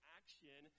action